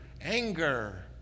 anger